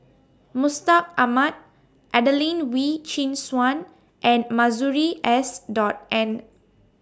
Mustaq Ahmad Adelene Wee Chin Suan and Masuri S Dot N